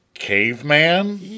caveman